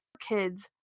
kids